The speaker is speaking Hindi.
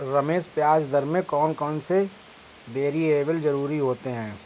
रमेश ब्याज दर में कौन कौन से वेरिएबल जरूरी होते हैं?